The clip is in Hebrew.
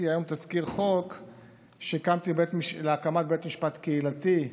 היום תזכיר חוק להקמת בית משפט קהילתי,